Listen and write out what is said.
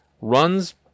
runs